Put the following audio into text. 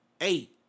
eight